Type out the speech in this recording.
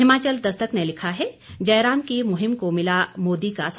हिमाचल दस्तक ने लिखा है जयराम की मुहिम को मिला मोदी का साथ